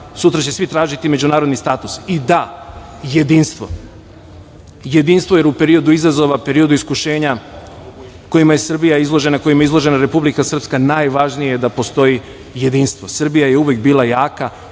sutra će svi tražiti međunarodni status. I da, jedinstvo. Jedinstvo, jer u periodu izazova, periodu iskušenja kojima je Srbija izložena, kojima je izložena Republika Srpska, najvažnije je da postoji jedinstvo. Srbija je uvek bila jaka